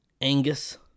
Angus